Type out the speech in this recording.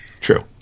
True